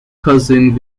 cousin